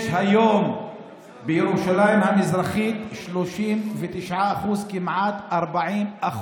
יש היום בירושלים המזרחית 39%, כמעט 40%,